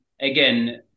again